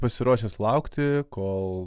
pasiruošęs laukti kol